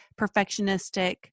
perfectionistic